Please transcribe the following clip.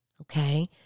okay